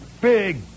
Big